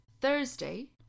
Thursday